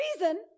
reason